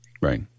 Right